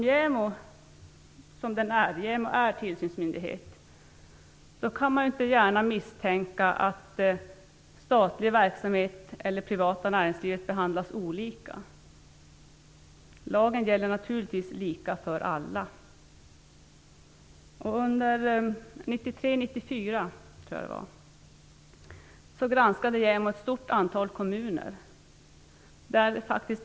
JämO är tillsynsmyndighet. Då kan man inte gärna misstänka att statlig verksamhet och privat näringslivet behandlas olika. Lagen gäller naturligtvis lika för alla. Under 1993/94 granskade JämO ett stort antal kommuner.